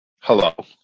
Hello